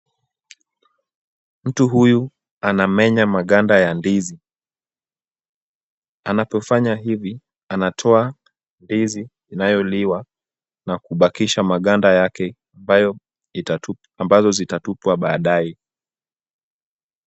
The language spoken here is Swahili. Mtu huyu anamenya maganda ya ndizi, anapofanya hivi, anatoa ndizi inayoliwa na kubakisha maganda yake ambazo zitatupwa baadaye.